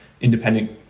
Independent